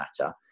matter